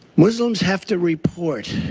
muslims have to report